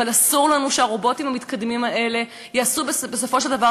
אבל אסור לנו שהרובוטים המתקדמים האלה יעשו בסופו של דבר